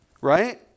right